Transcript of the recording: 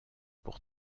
pour